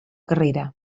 carrera